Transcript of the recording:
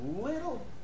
little